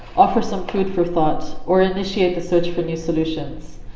offer some food for thought or initiate the search for new solutions.